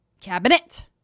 Cabinet